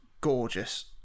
gorgeous